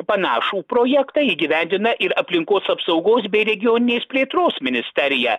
panašų projektą įgyvendina ir aplinkos apsaugos bei regioninės plėtros ministerija